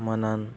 ᱢᱟᱹᱱᱟᱱ